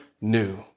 new